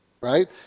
right